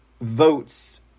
votes